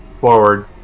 forward